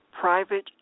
Private